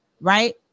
right